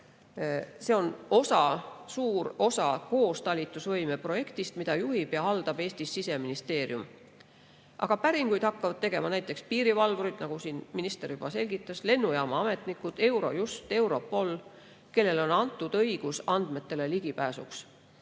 kohta on suur osa koostalitusvõime projektist, mida juhib ja haldab Eestis Siseministeerium. Aga päringuid hakkavad tegema näiteks piirivalvurid, nagu minister juba selgitas, lennujaamaametnikud, Eurojust, Europol, kellele on antud õigus andmetele ligipääsuks.